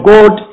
God